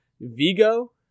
Vigo